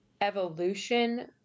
evolution